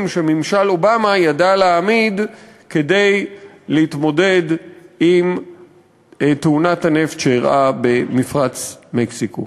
שממשל אובמה ידע להעמיד כדי להתמודד עם תאונת הנפט שאירעה במפרץ מקסיקו.